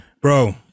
bro